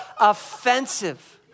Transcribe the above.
offensive